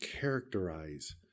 characterize